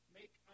make